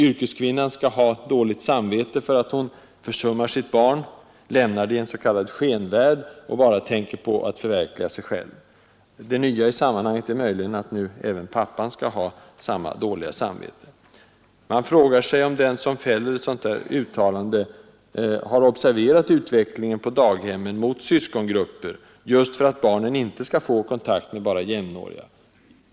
Yrkeskvinnan skall ha dåligt samvete för att hon försummar sitt barn — lämnar det i en ”skenvärld” — och bara tänker på att förverkliga sig själv. Det nya i sammanhanget är möjligen att nu även pappan skall ha samma dåliga samvete. Man frågar sig om den som fäller ett sådant yttrande har observerat utvecklingen på daghemmen mot syskongrupper, just för att barnen inte bara skall få kontakt med jämnåriga.